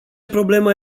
problema